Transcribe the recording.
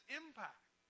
impact